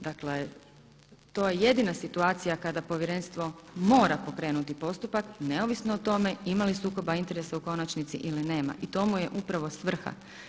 Dakle, to je jedina situacija kada Povjerenstvo mora pokrenuti postupak neovisno o tome ima li sukoba interesa u konačnici ili nema i to mu je upravo svrha.